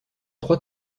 trois